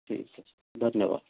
ठीक है धन्यवाद